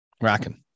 Rocking